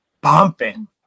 bumping